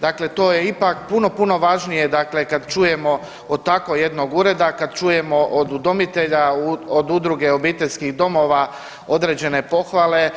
Dakle, to je ipak puno, puno važnije dakle kad čujemo od tako jednog ureda kad čujemo od udomitelja, od Udruge obiteljskih domova određene pohvale.